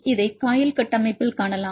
இதை காயில் கட்டமைப்பில் காணலாம்